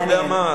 זה מעניין.